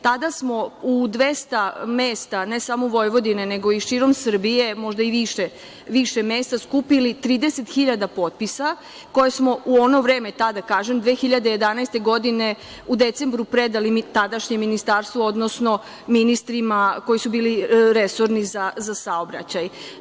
Tada smo u 200 mesta, ne samo Vojvodine, nego i širom Srbije, možda i više mesta, skupili 30.000 potpisa koje smo u ono vreme, 2011. godine u decembru predali tadašnjem ministarstvu, odnosno ministrima koji su bili resorni za saobraćaj.